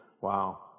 Wow